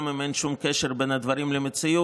גם אם אין שום קשר בין הדברים למציאות,